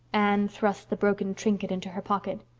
anne thrust the broken trinket into her pocket.